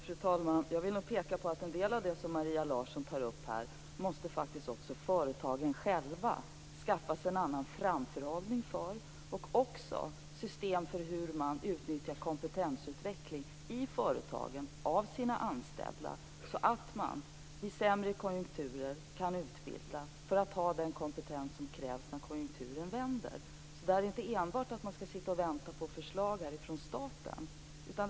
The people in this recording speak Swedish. Fru talman! Jag vill peka på att en del av det som Maria Larsson tar upp måste företagen själva skaffa sig en annan framförhållning för och system för hur man utnyttjar kompetensutveckling för de inställda inom företaget. Vid sämre konjunkturer kan man då utbilda människor så att de har den kompetens som krävs när konjunkturen vänder. Så man skall inte enbart sitta och vänta på förslag från staten.